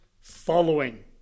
following